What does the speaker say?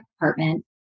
apartment